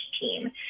team